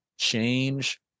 change